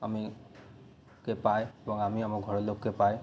আমিকে পায় এবং আমি আমার ঘরের লোককে পাই